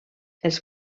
els